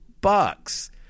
bucks